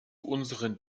unseren